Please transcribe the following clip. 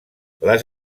les